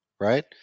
right